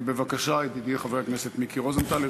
בבקשה, חבר הכנסת מיקי רוזנטל.